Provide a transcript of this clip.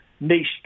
niche